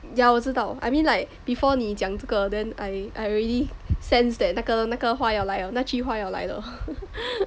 ya 我知道 I mean like before 你讲这个 then I I already sense that 那个那个话要来了那句话要来 lor